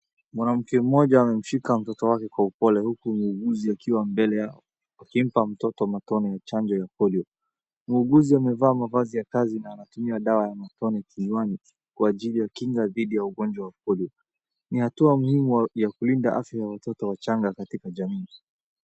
Mwanamke mmoja amemshika mtoto wake kwa upole huku muuguzi akiwa mbele yao, akimpa mtoto matone ya chanjo ya Polio. Muuguzi amevaa mavazi ya kazi na anatumia dawa ya matone kinywani kwa ajili ya kinga dhidi ya ugonywa wa Polio. Ni hatua muhimu ya kulinda afya ya watoto wachanga katika jamii.